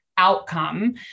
Outcome